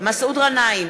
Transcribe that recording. מסעוד גנאים,